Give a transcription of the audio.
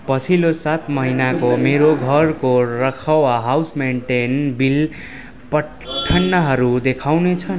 पछिल्लो सात महिनाको मेरो घरको रखाव हाउस मेन्टेन बिल पठनहरू देखाउनुहुन्छ